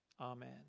amen